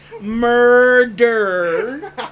murder